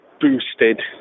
boosted